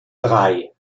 drei